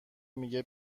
میگه